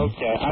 Okay